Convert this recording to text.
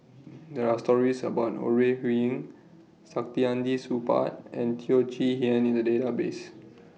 There Are stories about Ore Huiying Saktiandi Supaat and Teo Chee Hean in The Database